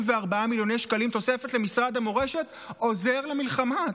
איך 44 מיליוני שקלים תוספת למשרד המורשת עוזרים למלחמה,